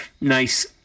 nice